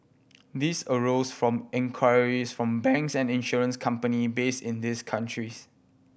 these arose from inquiries from banks and insurance company based in these countries